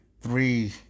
three